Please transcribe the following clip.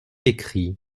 écrit